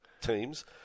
teams